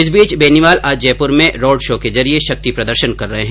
इस बीच बेनीवाल आज जयपुर में रोड शौ के जरिए शक्ति प्रदर्शन कर रहे है